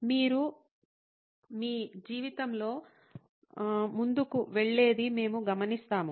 మీరు మీ జీవితంలో ముందుకు వెళ్ళేది మేము గమనిస్తాము